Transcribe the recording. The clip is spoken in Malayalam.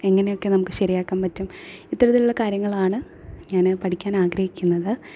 എങ്ങനെയൊക്കെ നമുക്ക് ശരിയാക്കാൻ പറ്റും ഇത്തരത്തിലുള്ള കാര്യങ്ങളാണ് ഞാൻ പഠിക്കാൻ ആഗ്രഹിക്കുന്നത്